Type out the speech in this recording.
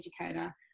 educator